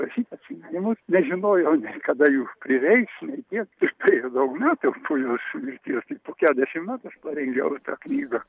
rašyt atsiminimus nežinojau nei kada jų prireiks nei kiek ir praėjo daug metų po jos mirties tik po keturiasdešimt metų aš parengiau tą knygą